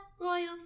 royal